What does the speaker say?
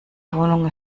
wohnung